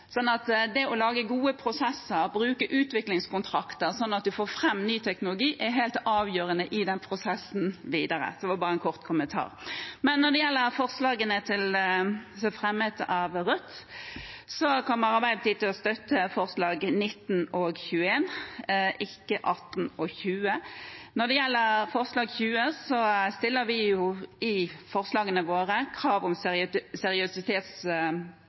Det å lage gode prosesser, bruke utviklingskontrakter slik at man får fram ny teknologi, er helt avgjørende i prosessen videre. Det var bare en kort kommentar. Når det gjelder forslagene som er fremmet av Rødt, kommer Arbeiderpartiet til å støtte forslagene nr. 19 og 21 – ikke forslagene nr. 18 og 20. Når det gjelder forslag nr. 20, stiller vi i våre